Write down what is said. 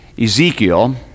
ezekiel